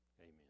amen